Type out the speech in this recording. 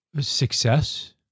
Success